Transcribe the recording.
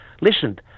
listen